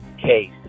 case